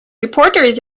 reporters